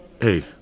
hey